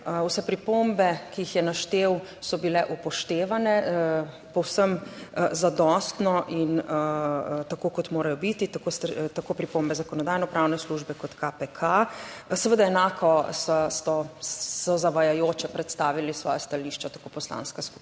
Vse pripombe, ki jih je naštel so bile upoštevane povsem zadostno in tako kot morajo biti tako pripombe Zakonodajno-pravne službe kot KPK. Seveda enako so zavajajoče predstavili svoja stališča tako Poslanska skupina